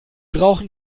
brauchen